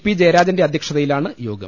P ജയരാജന്റെ അധ്യക്ഷതയിലാണ് യോഗം